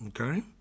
okay